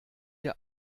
ihr